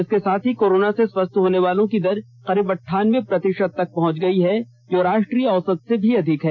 इसके साथ ही कोरोना से स्वस्थ होने वालों की दर करीब अंठानबे प्रतिशत तक पहुंच गई है जो राष्ट्रीय औसत से अधिक है